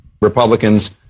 Republicans